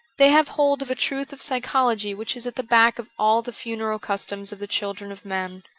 they have hold of a truth of psychology which is at the back of all the funeral customs of the children of men.